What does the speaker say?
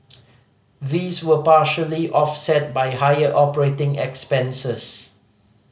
these were partially offset by higher operating expenses